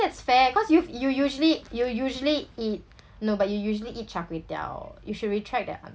that's fair cause you've you usually you usually eat no but you usually eat char kway teow you should retract that answer